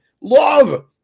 love –